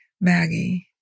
Maggie